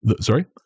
Sorry